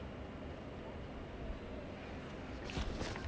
second policemen are standby beyond my friend now look my fatty